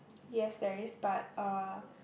yes there is but uh